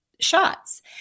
shots